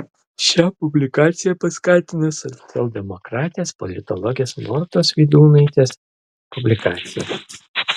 šią publikaciją paskatino socialdemokratės politologės mortos vydūnaitės publikacija